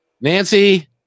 Nancy